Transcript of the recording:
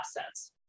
assets